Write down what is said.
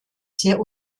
sehr